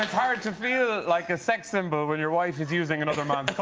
hard to feel like a sex symbol when your wife is using another i